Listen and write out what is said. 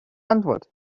antwort